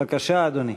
בבקשה, אדוני.